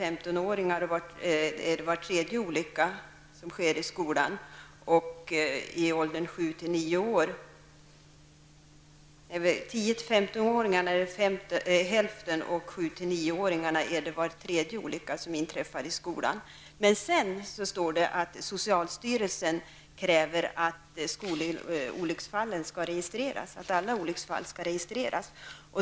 Hälften av alla olyckor som drabbar 10--15-åringar inträffar i skolan. När det gäller 7--9-åringarna sker var tredje olycka i skolan. Det som glädjer mig är att det står att läsa att socialstyrelsen kräver att alla olycksfall skall registreras.